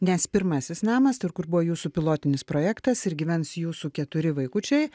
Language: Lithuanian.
nes pirmasis namas kur buvo jūsų pilotinis projektas ir gyvens jūsų keturi vaikučiai